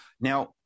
Now